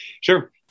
Sure